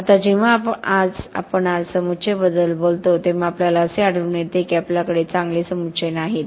आता जेव्हा आपण आज समुच्चय बद्दल बोलतो तेव्हा आपल्याला असे आढळून येते की आपल्याकडे चांगले समुच्चय नाहीत